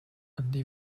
die